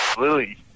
Lily